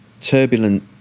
turbulent